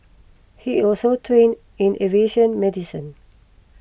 he is also trained in aviation medicine